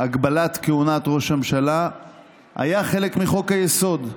הגבלת כהונת ראש הממשלה היה חלק מחוק-היסוד.